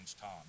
Tom